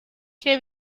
que